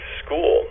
school